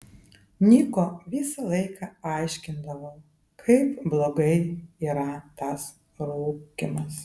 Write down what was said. niko visą laiką aiškindavau kaip blogai yra tas rūkymas